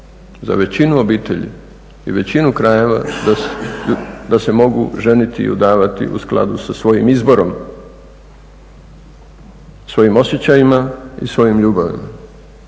za većinu obitelji i većinu krajeva da se mogu ženiti i udavati u skladu sa svojim izborom, svojim osjećajima i svojom ljubavlju